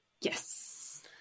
Yes